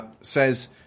says